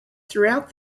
throughout